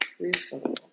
Reasonable